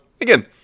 again